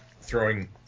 throwing